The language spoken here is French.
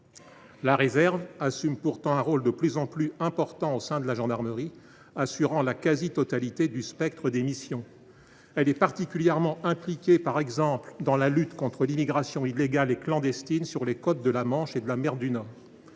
La réserve assume pourtant un rôle de plus en plus important au sein de la gendarmerie, assurant la quasi totalité du spectre des missions. Elle est particulièrement impliquée, par exemple, dans la lutte contre l’immigration illégale et clandestine sur les côtes de la Manche et de la mer du Nord.